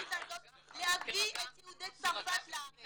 ההיסטורית הזאת להביא את יהודי צרפת לארץ.